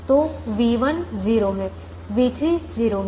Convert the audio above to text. तो v1 0 है v3 0 है v4 3 है